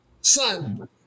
son